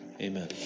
Amen